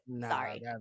Sorry